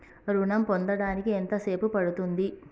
ఋణం పొందడానికి ఎంత సేపు పడ్తుంది?